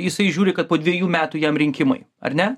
jisai žiūri kad po dvejų metų jam rinkimai ar ne